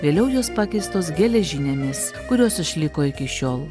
vėliau jos pakeistos geležinėmis kurios išliko iki šiol